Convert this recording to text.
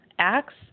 acts